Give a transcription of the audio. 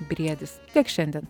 briedis tiek šiandien